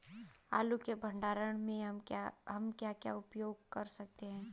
आलू के भंडारण में हम क्या क्या उपाय कर सकते हैं?